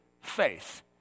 faith